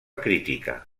crítica